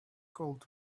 called